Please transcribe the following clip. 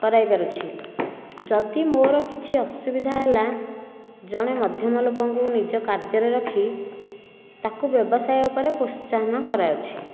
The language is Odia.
କରାଇପାରୁଛି ଯଦି ମୋର କିଛି ଅସୁବିଧା ହେଲା ଜଣେ ମଧ୍ୟମ ଲୋକଙ୍କୁ ନିଜ କାର୍ଯ୍ୟରେ ରଖି ତାକୁ ବ୍ୟବସାୟ ଉପରେ ପ୍ରୋତ୍ସାହନ କରାଉଛି